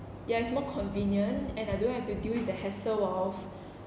ya it's more convenient and I don't have to deal with the hassle of